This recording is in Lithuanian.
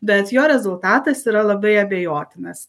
bet jo rezultatas yra labai abejotinas